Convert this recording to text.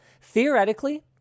Theoretically